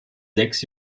sechs